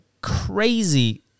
crazy